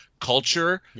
Culture